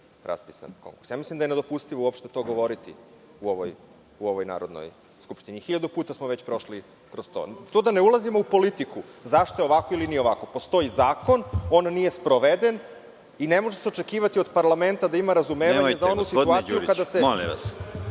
raspisan konkurs. Mislim da je nedopustivo uopšte to govoriti u ovoj Narodnoj skupštini. Hiljadu puta smo već prošli kroz to. Da ne ulazimo u politiku zašto je ovako ili nije ovako. Postoji zakon, on nije sproveden i ne može se očekivati od parlamenta da ima razumevanja za onu situaciju kada se … **Konstantin Arsenović** Nemojte, molim vas.